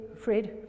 Fred